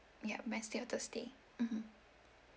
ya wednesday or thursday mmhmm